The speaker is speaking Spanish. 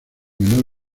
menor